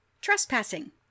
Trespassing